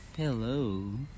Hello